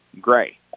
Gray